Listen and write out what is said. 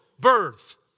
birth